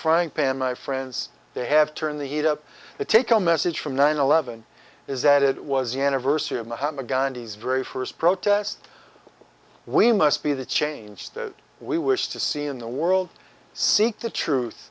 frying pan my friends they have turned the heat up to take a message from nine eleven is that it was the anniversary of mahatma gandhi's very first protest we must be the change that we wish to see in the world seek the truth